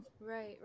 right